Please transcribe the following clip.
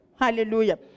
Hallelujah